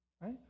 right